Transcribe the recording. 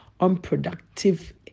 unproductive